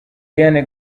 diane